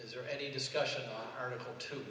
is there any discussion article to